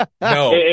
no